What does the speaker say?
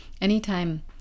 Anytime